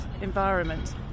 environment